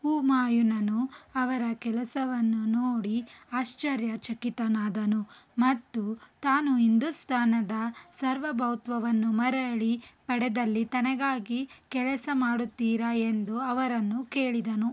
ಹೂಮಾಯೂನನು ಅವರ ಕೆಲಸವನ್ನು ನೋಡಿ ಆಶ್ಚರ್ಯಚಕಿತನಾದನು ಮತ್ತು ತಾನು ಹಿಂದೂಸ್ತಾನದ ಸಾರ್ವಭೌಮತ್ವವನ್ನು ಮರಳಿ ಪಡೆದಲ್ಲಿ ತನಗಾಗಿ ಕೆಲಸ ಮಾಡುತ್ತೀರಾ ಎಂದು ಅವರನ್ನು ಕೇಳಿದನು